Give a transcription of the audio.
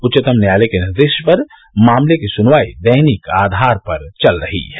उच्चतम न्यायालय के निर्देश पर मामले की सुनवाई दैनिक आधार पर चल रही है